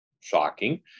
shocking